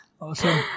awesome